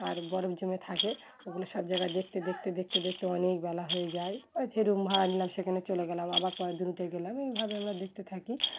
আর বরফ জমে থাকে ওগুলো সব জায়গায় দেখতে দেখতে দেখতে দেখতে অনেক বেলা হয়ে যায় যে রুম ভাড়া নিলাম সেখানে চলে গেলাম আবার পরেরদিনকে গেলাম এইভাবে আমরা দেখতে থাকি